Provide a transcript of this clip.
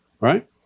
right